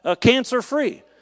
cancer-free